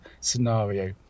scenario